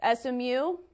SMU